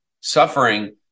suffering